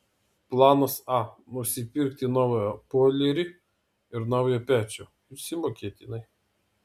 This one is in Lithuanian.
planas a nusipirkti naują boilerį ir naują pečių išsimokėtinai